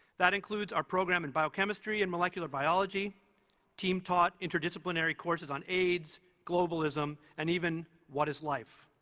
that includes our program in biochemistry and molecular biology team-taught, interdisciplinary courses on aids, globalism, and even what is life?